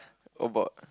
about